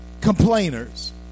complainers